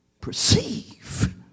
perceive